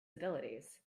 abilities